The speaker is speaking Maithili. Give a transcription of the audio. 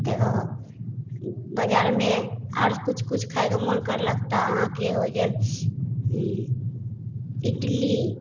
तेकर बाद बजारमे आर किछु किछु खायके मोन करलक तऽ अहाँके हो गेल इडली